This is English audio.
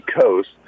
coast